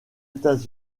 états